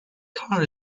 car